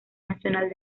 nacional